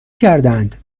کردهاند